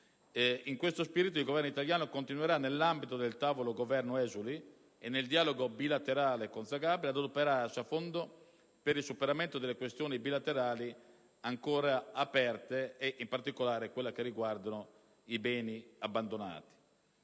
In questo spirito il Governo italiano continuerà nell'ambito del tavolo Governo-esuli e nel dialogo bilaterale con Zagabria ad adoperarsi a fondo per il superamento delle questioni bilaterali ancora aperte, in particolare quelle riguardanti i beni abbandonati.